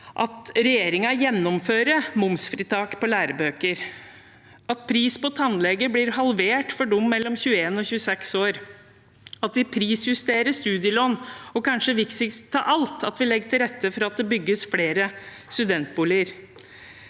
at regjeringen gjennomfører momsfritak på lærebøker, at prisen på tannlegebehandling blir halvert for dem mellom 21 og 26 år, at vi prisjusterer studielån, og, kanskje viktigst av alt, at vi legger til rette for at det bygges flere studentboliger.